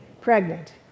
pregnant